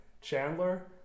Chandler